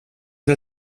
del